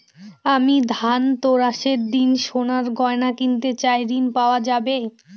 আমি ধনতেরাসের দিন সোনার গয়না কিনতে চাই ঝণ পাওয়া যাবে?